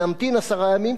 להמתין עשרה ימים,